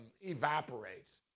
evaporates